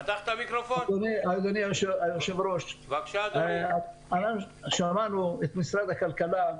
אדוני היושב-ראש, שמענו את משרד הכלכלה,